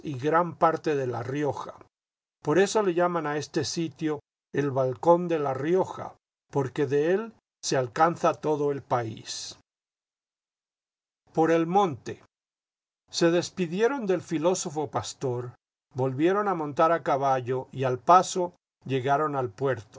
gran parte de la rioja por eso le llaman a ese sitio el balcón de la rioja porque de él se alcanza todo el país por el monte se despidieron del filósofo pastor volvieron a montar a caballo y al paso llegaron al puerto